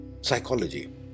psychology